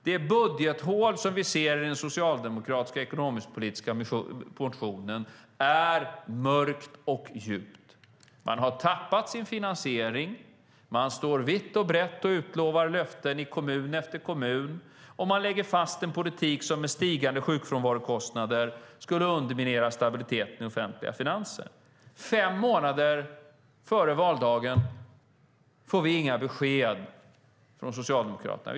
Det budgethål som vi ser i den socialdemokratiska ekonomisk-politiska motionen är mörkt och djupt. Man har tappat sin finansiering, man står och utlovar löften vitt och brett i kommun efter kommun och man lägger fast en politik som med stigande sjukfrånvarokostnader skulle underminera stabiliteten i de offentliga finanserna. Fem månader före valdagen får vi inga besked från Socialdemokraterna.